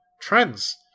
Trends